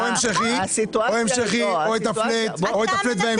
או המשכי או את הפלט, או את הפלט וההמשכי.